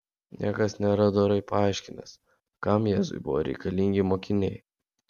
niekas nėra dorai paaiškinęs kam jėzui buvo reikalingi mokiniai